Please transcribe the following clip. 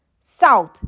south